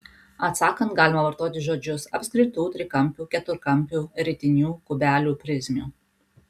atsakant galima vartoti žodžius apskritų trikampių keturkampių ritinių kubelių prizmių